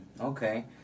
Okay